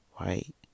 Right